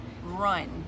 Run